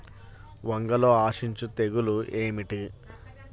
వంగలో ఆశించు తెగులు ఏమిటి?